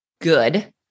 good